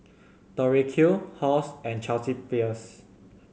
Tori Q Halls and Chelsea Peers